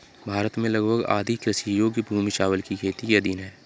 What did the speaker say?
भारत में लगभग आधी कृषि योग्य भूमि चावल की खेती के अधीन है